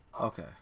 Okay